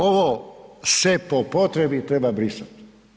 Ovo „se po potrebi“ treba brisati.